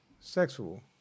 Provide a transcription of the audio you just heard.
sexual